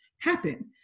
happen